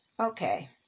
Okay